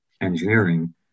engineering